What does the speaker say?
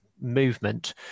movement